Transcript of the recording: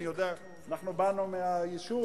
אנחנו באנו מהיישוב.